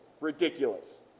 Ridiculous